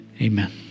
Amen